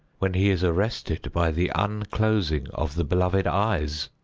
when he is arrested by the unclosing of the beloved eyes.